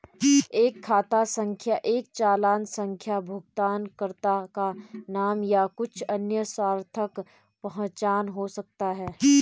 एक खाता संख्या एक चालान संख्या भुगतानकर्ता का नाम या कुछ अन्य सार्थक पहचान हो सकता है